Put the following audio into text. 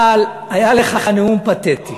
אבל היה לך נאום פתטי.